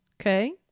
okay